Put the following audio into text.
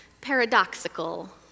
paradoxical